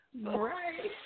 Right